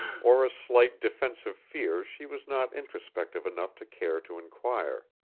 or a slight defensive fear she was not introspective enough to care to inquire.